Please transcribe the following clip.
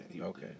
Okay